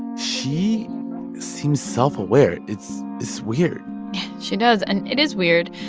she seems self-aware. it's so weird she does, and it is weird.